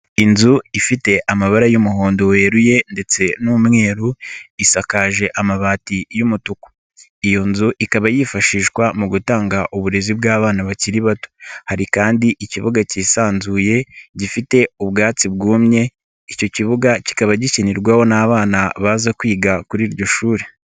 Inzu ifite amabara y'umuhondo weruye ndetse n'umweru isakaje amabati y'umutuku, iyo ikaba yifashishwa mu gutanga uburezi bw'abana bakiri bato, hari kandi ikibuga kisanzuye gifite ubwatsi bwumye, icyo kibuga kikaba gikinirwaho n'abana baza kwiga kuri iryo shuri.